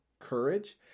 Courage